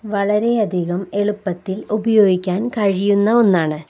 വളരെയധികം എളുപ്പത്തിൽ ഉപയോഗിക്കാൻ കഴിയുന്ന ഒന്നാണ്